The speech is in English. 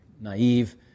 naive